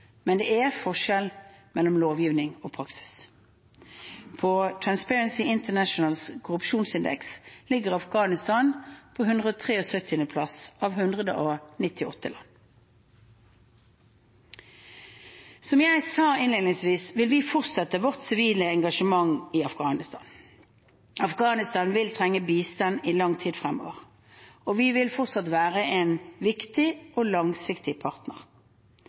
men det er forskjell mellom lovgivning og praksis. På Transparency lnternationals korrupsjonsindeks ligger Afghanistan på 173. plass av 198 land. Som jeg sa innledningsvis, vil vi fortsette vårt sivile engasjement i Afghanistan. Afghanistan vil trenge bistand i lang tid fremover. Vi vil fortsatt være en viktig og langsiktig partner,